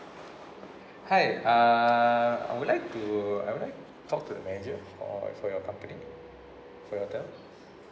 hi uh I would like to I would like talk to the manager of for your company for your hotel